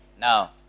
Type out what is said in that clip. Now